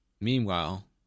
meanwhile